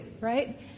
right